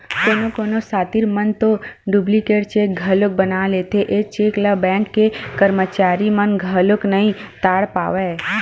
कोनो कोनो सातिर मन तो डुप्लीकेट चेक घलोक बना लेथे, ए चेक ल बेंक के करमचारी मन घलो नइ ताड़ पावय